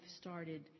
started